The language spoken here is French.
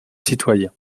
citoyen